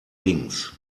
links